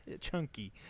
Chunky